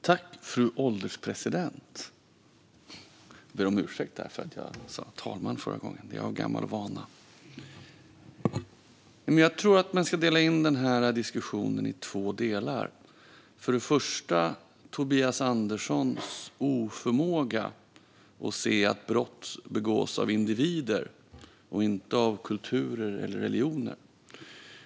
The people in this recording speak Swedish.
Fru ålderspresident! Jag tror att man ska dela in diskussionen i två delar. Först har vi Tobias Anderssons oförmåga att se att brott begås av individer och inte av kulturer eller religioner.